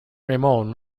ramon